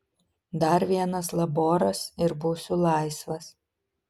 dar vienas laboras ir būsiu laisvas